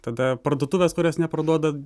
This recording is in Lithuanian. tada parduotuvės kurios neparduoda